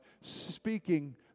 speaking